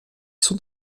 sont